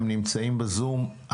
הם נמצאים בזום,